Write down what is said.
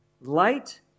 Light